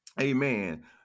amen